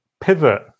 pivot